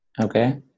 Okay